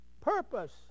purpose